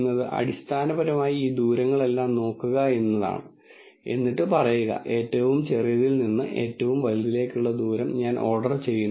അതിനാൽ function approximation ഈ ഫംഗ്ഷനുകൾ അവസാനിപ്പിക്കുന്നതിനുള്ള ചുമതലയാണ് നമ്മൾ ഒരു ഫംഗ്ഷൻ എഴുതുമ്പോഴെല്ലാം ഈ ഫംഗ്ഷൻ സാധാരണയായി പാരാമീറ്റർ ഉപയോഗിച്ച് പാരാമീറ്റർ ചെയ്യുന്നു